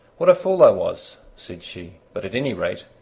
what a fool i was! said she but at any rate,